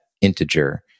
integer